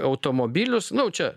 automobilius nu čia